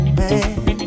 man